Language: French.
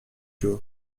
joe